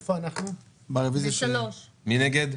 מי נגד?